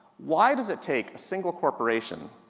why does it take a single corporation,